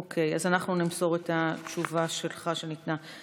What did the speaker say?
אוקיי, אז אנחנו נמסור את התשובה שלך, שניתנה.